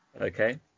Okay